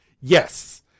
Yes